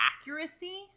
accuracy